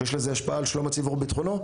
שיש לזה השפעה על שלום הציבור וביטחונו,